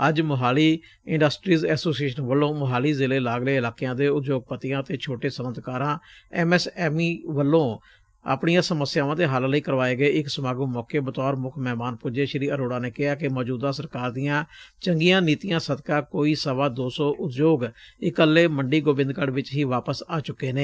ਅੱਜ Mohali industries association ਵੱਲੋ ਮੁਹਾਲੀ ਜ਼ਿਲ੍ਹੇ ਲਾਗਲੇ ਇਲਾਕਿਆ ਦੇ ਉਦਯੋਗਪਤੀਆਂ ਅਤੇ ਛੋਟੇ ਸਨਅਤਕਾਰਾਂ ਐਮ ਐਸ ਐਮ ਈ ਵਲੋਂ ਆਪਣੀਆਂ ਸਮੱਸਿਆਵਾਂ ਦੇ ਹੱਲ ਲਈ ਕਰਵਾਏ ਗਏ ਇਕ ਸਮਾਗਮ ਮੌਕੇ ਬਤੌਰ ਮੁਖ ਮਹਿਮਾਨ ਪੁੱਜੇ ਸ੍ਰੀ ਅਰੋੜਾ ਨੇ ਕਿਹਾ ਕਿ ਮੌਜੁਦਾ ਸਰਕਾਰ ਦੀਆਂ ਚੰਗੀਆਂ ਨੀਡੀਆਂ ਸਦਕਾ ਕੋਈ ਸਵਾ ਦੋ ਸੌ ਉਦਯੋਗ ਇਕੱਲੇ ਮੰਡੀ ਗੋਬਿੰਦਗੜ ਵਿਚ ਹੀ ਵਾਪਸ ਆ ਚੁੱਕੇ ਨੇ